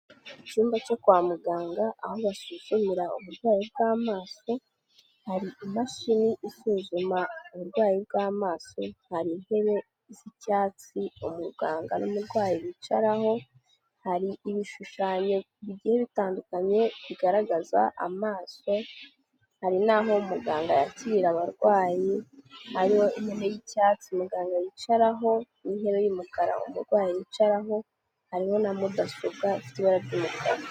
Icyumba cyo kwa muganga aho basuzumira uburwayi bw'amaso, hari imashini isuzuma uburwayi bw'amaso. Hari intebe z'icyatsi umuganga n'umurwayi bicaraho, hari ibishushanyo bigiye bitandukanye bigaragaza amaso, Hari n'aho muganga yakirira abarwayi, hariho intebe y'icyatsi muganga yicaraho n'intebe y'umukara umurwayi yicaraho, hari na mudasobwa ifite ibara ry'umukara.